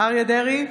אריה מכלוף דרעי,